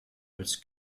als